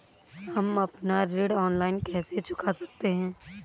हम अपना ऋण ऑनलाइन कैसे चुका सकते हैं?